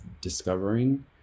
discovering